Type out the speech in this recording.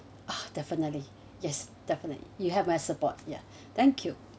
ah definitely yes definitely you have my support ya thank you